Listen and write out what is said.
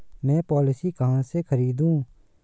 मैं पॉलिसी कहाँ से खरीदूं?